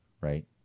Right